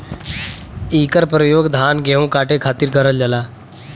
इकर परयोग धान गेहू काटे खातिर करल जाला